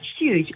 huge